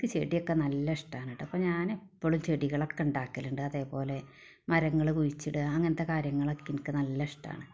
എനിക്ക് ചെടിയൊക്കെ നല്ല ഇഷ്ടമാണ് കെട്ടോ അപ്പോൾ ഞാനെപ്പളും ചെടികളൊക്കെ ഉണ്ടാക്കലുണ്ട് അതേപോലെ മരങ്ങള് കുഴിച്ചിടുക അങ്ങനത്തെ കാര്യങ്ങളൊക്കെ എനിക്ക് നല്ല ഇഷ്ടമാണ്